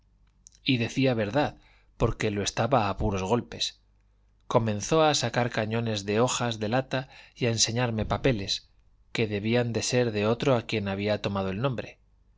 y decía verdad porque lo estaba a puros golpes comenzó a sacar cañones de hoja de lata y a enseñarme papeles que debían de ser de otro a quien había tomado el nombre